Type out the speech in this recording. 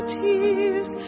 tears